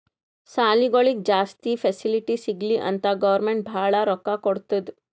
ಸಾಲಿಗೊಳಿಗ್ ಜಾಸ್ತಿ ಫೆಸಿಲಿಟಿ ಸಿಗ್ಲಿ ಅಂತ್ ಗೌರ್ಮೆಂಟ್ ಭಾಳ ರೊಕ್ಕಾ ಕೊಡ್ತುದ್